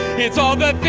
it's all